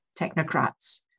technocrats